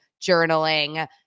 journaling